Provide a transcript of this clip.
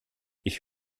ich